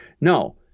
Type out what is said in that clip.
No